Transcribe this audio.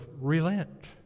relent